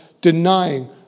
denying